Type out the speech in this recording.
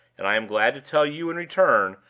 and i am glad to tell you, in return,